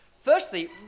Firstly